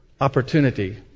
opportunity